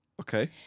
Okay